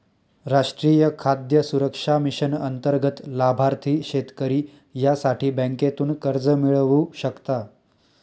राष्ट्रीय खाद्य सुरक्षा मिशन अंतर्गत लाभार्थी शेतकरी यासाठी बँकेतून कर्ज मिळवू शकता